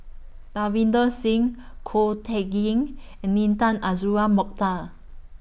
Davinder Singh Ko Teck Kin and Intan Azura Mokhtar